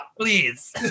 please